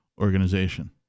organization